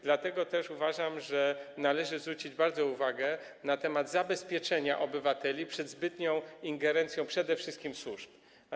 Dlatego też uważam, że należy zwrócić baczną uwagę na zabezpieczenia obywateli przed zbytnią ingerencją przede wszystkim służb.